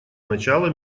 начала